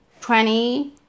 twenty